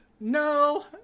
No